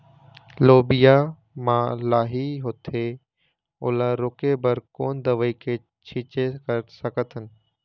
लोबिया मा लाही होथे ओला रोके बर कोन दवई के छीचें कर सकथन?